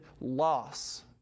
loss